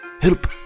Help